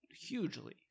hugely